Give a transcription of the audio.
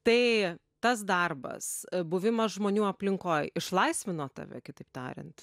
tai tas darbas buvimas žmonių aplinkoj išlaisvino tave kitaip tariant